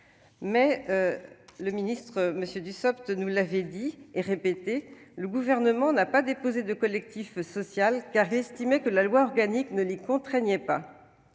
M. le ministre Dussopt nous l'a dit et répété : le Gouvernement n'a pas déposé de collectif social, car il estimait que la loi organique ne l'y contraignait pas.